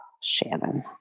Shannon